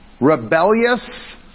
Rebellious